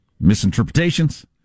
misinterpretations